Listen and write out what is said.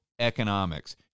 economics